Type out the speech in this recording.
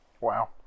Wow